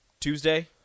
Tuesday